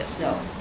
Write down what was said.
No